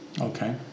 Okay